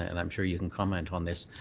and i'm sure you can comment on this,